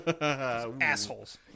assholes